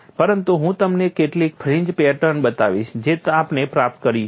પરંતુ હું તમને કેટલીક ફ્રિન્જ પેટર્ન બતાવીશ જે આપણે પ્રાપ્ત કરી છે